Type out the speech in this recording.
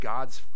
God's